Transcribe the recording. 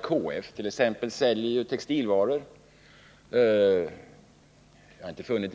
Jag har i resonemangen med KF inte funnit